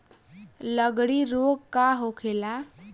लगड़ी रोग का होखेला?